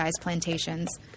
plantations